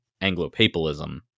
Anglo-Papalism